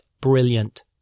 brilliant